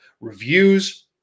reviews